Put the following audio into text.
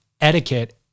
etiquette